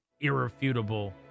irrefutable